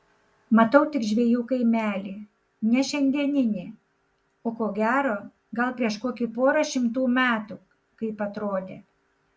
matau tik žvejų kaimelį ne šiandieninį o ko gero gal prieš kokį porą šimtų metų kaip atrodė